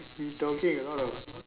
we talking a lot of